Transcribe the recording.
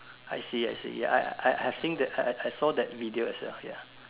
I see I see ya I I I've seen that I I I saw that video as well ya